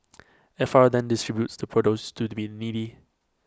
F R then distributes the produce to the been needy